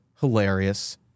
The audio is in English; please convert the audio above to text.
hilarious